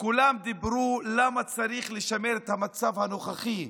כולם דיברו למה צריך לשמר את המצב הנוכחי,